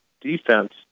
defense